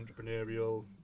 entrepreneurial